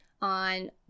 on